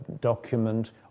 document